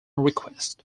request